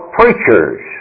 preachers